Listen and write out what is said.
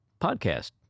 podcast